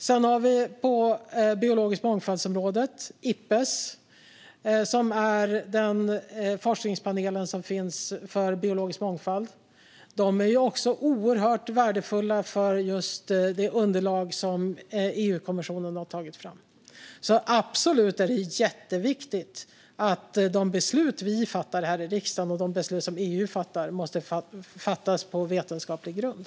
På området för biologisk mångfald finns forskningspanelen Ipbes. De är också oerhört värdefulla för just det underlag som EU-kommissionen har tagit fram. Det är absolut jätteviktigt att de beslut vi fattar i riksdagen, och de beslut som EU fattar, sker på vetenskaplig grund.